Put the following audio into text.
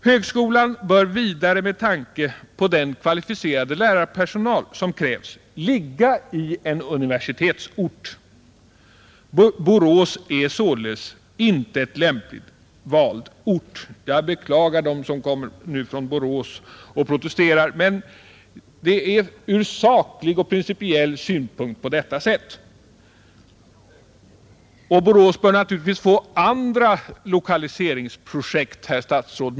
Högskolan bör vidare med tanke på den kvalificerade lärarpersonal som krävs ligga på universitetsort. Borås är således inte en lämpligt vald ort. Jag beklagar dem som bor i Borås och som nu kommer att protestera. Men ur saklig principiell synpunkt förhåller det sig på detta sätt. Borås bör naturligtvis få andra lokaliseringsprojekt, herr statsråd.